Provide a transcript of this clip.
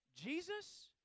Jesus